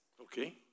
Okay